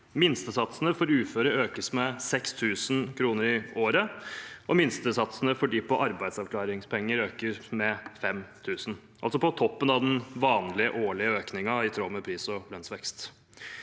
Minstesatsene for uføre økes med 6 000 kr i året. Minstesatsene for dem på arbeidsavklaringspenger øker med 5 000 kr – altså på toppen av den vanlige årlige økningen i tråd med pris- og lønnsvekst.